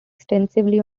extensively